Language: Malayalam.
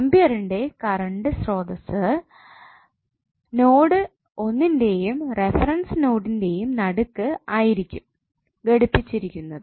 ആംപിയറിന്റെ കറണ്ട് സ്രോതസ്സ് നോഡ് 1 ന്റെയും റഫറൻസ് നോഡിന്റെയും നടുക്ക് ആയിരിക്കും ഘടിപ്പിച്ചിരിക്കുന്നത്